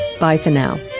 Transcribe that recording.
bye for now